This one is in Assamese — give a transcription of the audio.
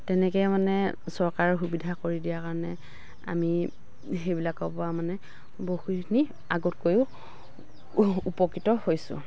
তেনেকৈ মানে চৰকাৰে সুবিধা কৰি দিয়া কাৰণে আমি সেইবিলাকৰ পৰাও মানে বহুতখিনি আগতকৈও উপকৃত হৈছোঁ